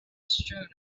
strewn